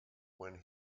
when